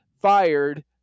fired